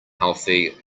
healthy